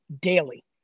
daily